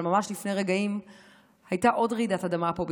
אבל ממש לפני רגעים הייתה עוד רעידת אדמה פה,